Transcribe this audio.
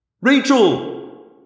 Rachel